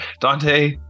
Dante